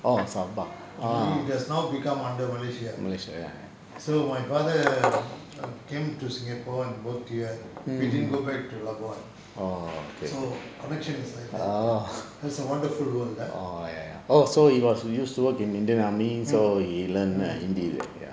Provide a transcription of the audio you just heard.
it has now become under malaysia so my father came to singapore and worked here we didn't go back to labuan so connections is like that it's a wonderful world ah mm mm